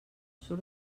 surt